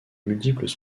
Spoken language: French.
multiples